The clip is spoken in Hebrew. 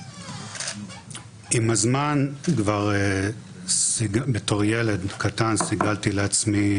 עם הזמן, כבר בתור ילד קטן סיגלתי לעצמי,